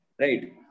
Right